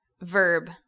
verb